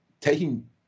taking